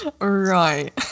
right